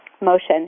motion